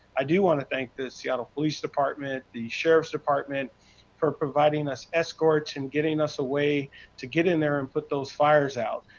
i do want to thank the seattle police department, the sheriff's department or providing us escorts, and getting us a way to get in there and put those fires out.